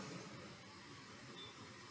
ya